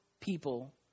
people